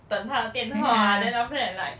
等他的电话 then after that like